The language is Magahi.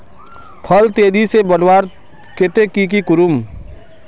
फल तेजी से बढ़वार केते की की करूम?